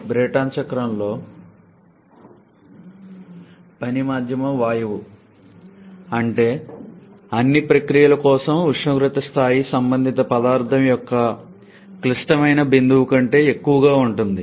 Brayton చక్రం లో మా పని మాధ్యమం వాయువు అంటే అన్ని ప్రక్రియల కోసం ఉష్ణోగ్రత స్థాయి సంబంధిత పదార్ధం యొక్క క్లిష్టమైన బిందువు కంటే ఎక్కువగా ఉంటుంది